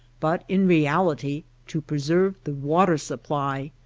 but in reality to preserve the water sup ply,